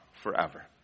forever